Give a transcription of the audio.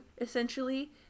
essentially